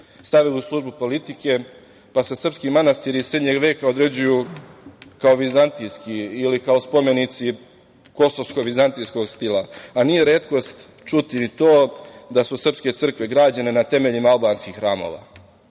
stavili u službu politike, pa se srpski manastiri iz srednjeg veka određuju kao vizantijski ili kao spomenici kosovsko-vizantijskog stila. Nije retkost čuti i to da su srpske crkve građene na temeljima albanskih hramova. Ono